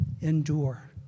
endure